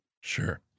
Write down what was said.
Sure